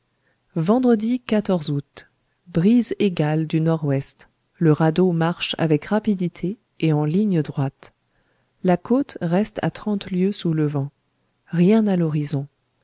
vendredi août brise égale du n o le radeau marche avec rapidité et en ligne droite la côte reste à trente lieues sous le vent rien à l'horizon